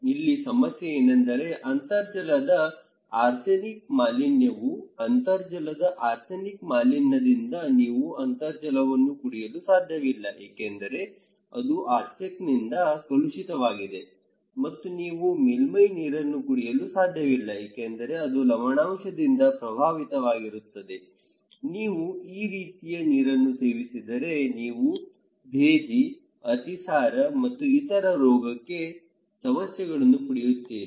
ಇಲ್ಲಿ ಸಮಸ್ಯೆ ಏನೆಂದರೆ ಅಂತರ್ಜಲದ ಆರ್ಸೆನಿಕ್ ಮಾಲಿನ್ಯವು ಅಂತರ್ಜಲದ ಆರ್ಸೆನಿಕ್ ಮಾಲಿನ್ಯದಿಂದ ನೀವು ಅಂತರ್ಜಲವನ್ನು ಕುಡಿಯಲು ಸಾಧ್ಯವಿಲ್ಲ ಏಕೆಂದರೆ ಅದು ಆರ್ಸೆನಿಕ್ನಿಂದ ಕಲುಷಿತವಾಗಿದೆ ಮತ್ತು ನೀವು ಮೇಲ್ಮೈ ನೀರನ್ನು ಕುಡಿಯಲು ಸಾಧ್ಯವಿಲ್ಲ ಏಕೆಂದರೆ ಅದು ಲವಣಾಂಶದಿಂದ ಪ್ರಭಾವಿತವಾಗಿರುತ್ತದೆ ನೀವು ಈ ರೀತಿಯ ನೀರನ್ನು ಸೇವಿಸಿದರೆ ನೀವು ಭೇದಿ ಅತಿಸಾರ ಮತ್ತು ಇತರ ಆರೋಗ್ಯ ಸಮಸ್ಯೆಗಳನ್ನು ಪಡೆಯುತ್ತೀರಿ